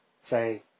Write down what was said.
say